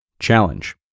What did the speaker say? Challenge